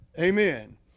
amen